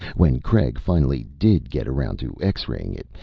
when craig finally did get around to x-raying it,